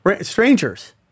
strangers